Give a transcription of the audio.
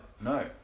No